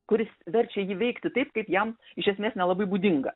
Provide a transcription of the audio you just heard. kuris verčia jį veikti taip kaip jam iš esmės nelabai būdinga